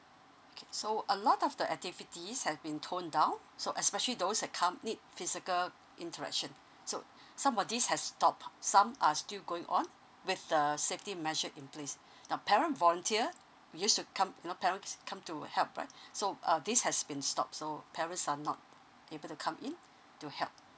okay so a lot of the activities have been tone down so especially those that come need physical interaction so some of these have stopped some are still going on with the safety measure in place now parent volunteer used to come you know parents come to help right so uh this has been stopped so parents are not able to come in to help